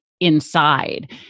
inside